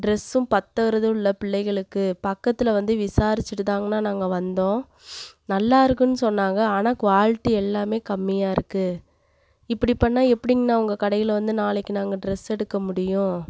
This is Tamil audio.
ட்ரெஸ்ஸும் பத்தறதும் இல்லை பிள்ளைகளுக்கு பக்கத்தில் வந்து விசாரிச்சிட்டுதாங்கண்ணா நாங்கள் வந்தோம் நல்லாருக்குன்னு சொன்னாங்க ஆனால் குவாலிட்டி எல்லாமே கம்மியாக இருக்குது இப்படி பண்ணால் எப்படிங்ண்ணா உங்கள் கடையில் வந்து நாளைக்கு நாங்கள் ட்ரெஸ் எடுக்க முடியும்